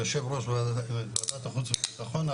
והיה יושב ראש ועדת החוץ וביטחון.